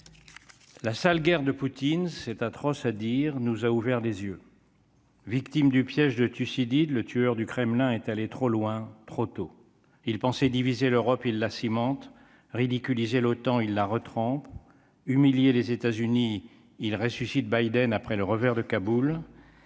La sale guerre de Poutine, c'est atroce à dire nous a ouvert les yeux. Victime du piège de Thucydide, le tueur du Kremlin est allé trop loin, trop tôt il diviser l'Europe, il la cimente ridiculiser l'OTAN ils la retrouvent humilier les États-Unis ils ressuscitent Biden après le revers de Kaboul.